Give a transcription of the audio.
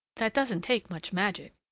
that doesn't take much magic.